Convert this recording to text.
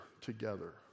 together